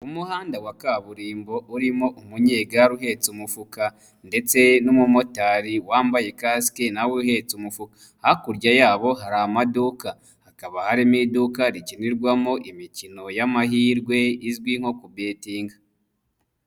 Umuhanda wa kaburimbo urimo umunyegare uhetse umufuka ndetse n'umumotari wambaye kasike nawe uhetse umufuka. Hakurya yabo hari amaduka hakaba harimo iduka rikinirwamo imikino y'amahirwe izwi nko ku betinga.